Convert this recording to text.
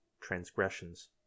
transgressions